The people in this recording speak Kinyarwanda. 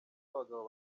abagabo